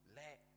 let